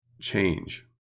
change